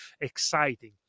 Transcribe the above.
exciting